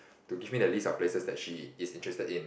to give me the list of places that she is interested in